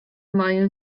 moim